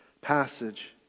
passage